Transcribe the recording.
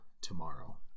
tomorrow